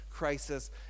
crisis